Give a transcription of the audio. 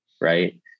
right